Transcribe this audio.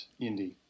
Indy